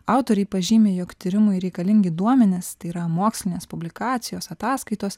autoriai pažymi jog tyrimui reikalingi duomenys tai yra mokslinės publikacijos ataskaitos